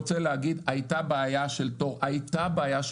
הייתה בעיה של תור תפעולי.